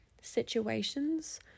situations